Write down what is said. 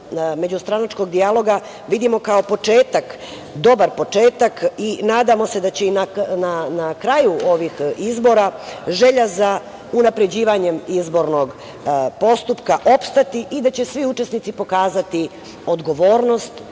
međustranačkog dijaloga vidimo kao početak, dobar početak i nadamo se da će i na kraju ovih izbora želja za unapređivanjem izbornog postupka opstati i da će svi učesnici pokazati odgovornost,